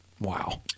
Wow